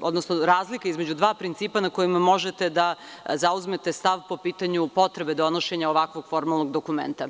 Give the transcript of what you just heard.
odnosno razlika između dva principa na kojima možete da zauzmete stav po pitanju potrebe donošenja ovakvog formalnog dokumenta.